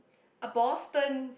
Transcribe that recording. a Boston